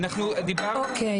רגע